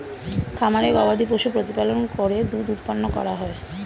খামারে গবাদিপশু প্রতিপালন করে দুধ উৎপন্ন করা হয়